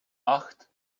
acht